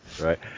right